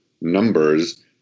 numbers